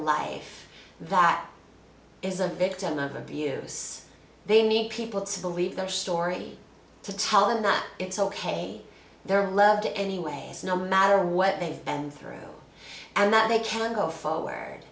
life that is a victim of abuse they need people to believe their story to tell them that it's ok they're loved anyway no matter what they've been through and that they can go forward